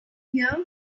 here